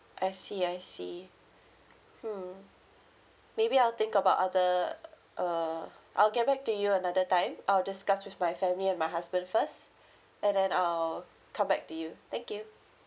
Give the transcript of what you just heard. I see I see mm maybe I'll think about other uh I'll get back to you another time I'll discuss with my family and my husband first and then I'll come back to you thank you